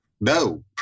no